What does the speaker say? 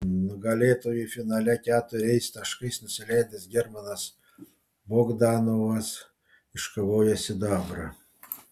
nugalėtojui finale keturiais taškais nusileidęs germanas bogdanovas iškovojo sidabrą